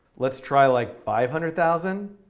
let's try, like, five hundred thousand.